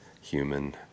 human